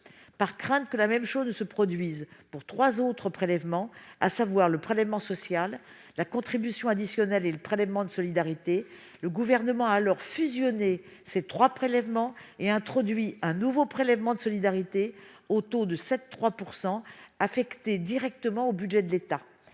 Par crainte que la même chose ne se produise pour trois autres prélèvements, à savoir le prélèvement social, la contribution additionnelle et le prélèvement de solidarité, le Gouvernement les a alors fusionnés et a introduit un nouveau prélèvement de solidarité au taux de 7,5 % affecté directement au budget de l'État.